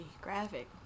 graphic